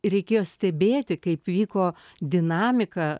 reikėjo stebėti kaip vyko dinamika